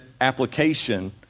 application